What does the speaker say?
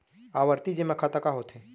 आवर्ती जेमा खाता का होथे?